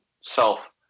self